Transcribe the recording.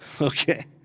Okay